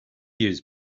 use